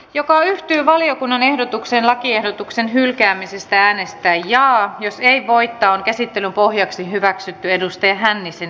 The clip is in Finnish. joka yhtyy valiokunnan ehdotukseen lakiehdotuksen hylkäämisestä äänestää jaa jos ei voittaa on käsittelyn pohjaksi hyväksytty katja hännisen ehdotus